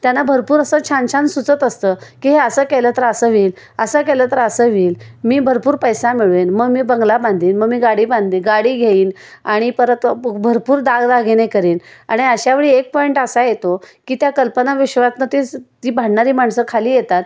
त्याना भरपूर असं छान छान सुचत असतं की हे असं केलं तर असं होईल असं केलं तर असं होईल मी भरपूर पैसा मिळवेन मग मी बंगला बांधेन मग मी गाडी बांध गाडी घेईन आणि परत ब भरपूर दागदागिने करेन आणि अशा वळी एक पॉईंट असा येतो की त्या कल्पनाविश्वातनं तीच ती भांडणारी माणसं खाली येतात